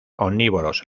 omnívoros